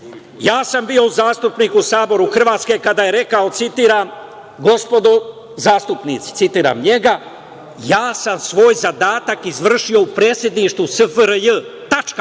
Ja sam bio zastupnik u Saboru Hrvatske kada je rekao, citiram: „Gospodo zastupnici“, citiram njega, „Ja sam svoj zadatak izvršio u Predsedništvu SFRJ“, tačka.